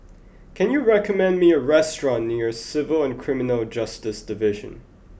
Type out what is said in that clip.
can you recommend me a restaurant near Civil and Criminal Justice Division